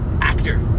actor